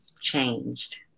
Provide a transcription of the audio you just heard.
changed